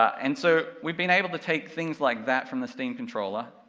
and so, we've been able to take things like that from the steam controller,